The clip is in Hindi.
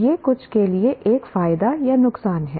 यह कुछ के लिए एक फायदा या नुकसान है